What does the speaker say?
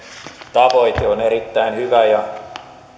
tavoite on erittäin hyvä ja